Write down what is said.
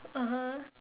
(uh huh)